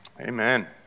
Amen